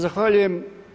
Zahvaljujem.